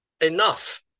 enough